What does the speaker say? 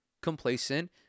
complacent